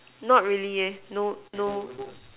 not really eh no no